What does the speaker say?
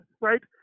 right